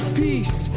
peace